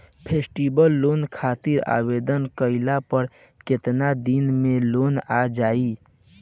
Festival loan खातिर आवेदन कईला पर केतना दिन मे लोन आ जाई?